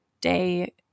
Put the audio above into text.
day